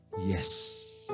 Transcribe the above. Yes